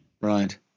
Right